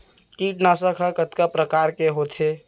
कीटनाशक ह कतका प्रकार के होथे?